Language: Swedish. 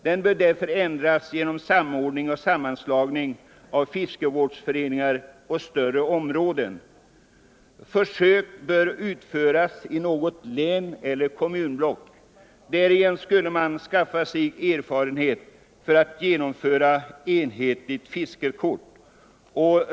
Den bör därför ändras genom samordning och sammanslagning av fiskevårdsföreningar och större områden. Försök bör utföras i något län eller kommunblock. Därigenom skulle man skaffa sig erfarenhet för att kunna genomföra enhetligt fiskekort.